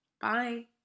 Bye